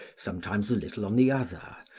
sometimes a little on the other,